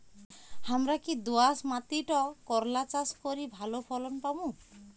হামরা কি দোয়াস মাতিট করলা চাষ করি ভালো ফলন পামু?